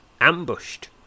ambushed